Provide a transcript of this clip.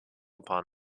upon